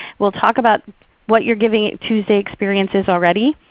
we'll talk about what your givingtuesday experience is already,